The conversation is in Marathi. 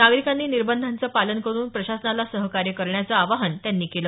नागरिकांनी निर्बंधांचं पालन करून प्रशासनाला सहकार्य करण्याचं आवाहन त्यांनी केलं